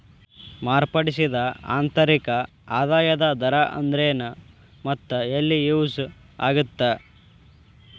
ಮಾರ್ಪಡಿಸಿದ ಆಂತರಿಕ ಆದಾಯದ ದರ ಅಂದ್ರೆನ್ ಮತ್ತ ಎಲ್ಲಿ ಯೂಸ್ ಆಗತ್ತಾ